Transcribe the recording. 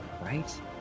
Right